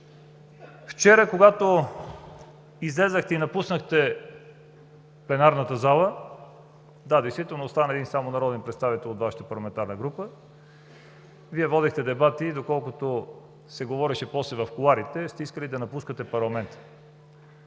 Вчера, когато излязохте и напуснахте пленарната зала – да, действително остана само един народен представител от Вашата парламентарна група – Вие водихте дебати, доколкото се говореше в кулоарите, че сте искали да напускате парламента.